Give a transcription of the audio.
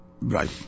Right